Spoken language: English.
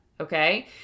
okay